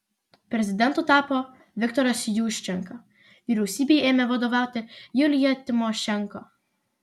prezidentu tapo viktoras juščenka vyriausybei ėmė vadovauti julija timošenko